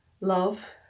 Love